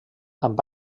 amb